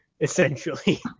essentially